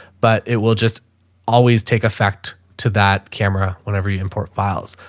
but it will just always take effect to that camera whenever you import files.